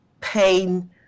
pain